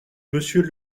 monsieur